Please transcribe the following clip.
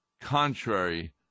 contrary